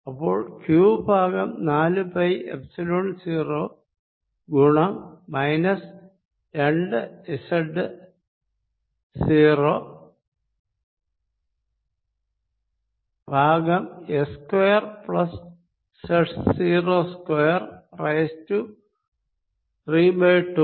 അപ്പോൾ q by നാലു pi epsilon 0 ഗുണം മൈനസ് രണ്ട് z 0 by s square plus z 0 square raised to മൂന്ന് ബൈ രണ്ട്